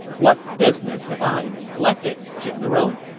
what business have i neglected, general?